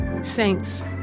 Saints